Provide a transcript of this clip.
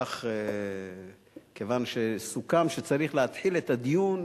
כך כיוון שסוכם שצריך להתחיל את הדיון